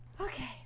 Okay